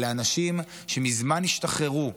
אלה אנשים שמזמן השתחררו,